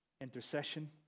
intercession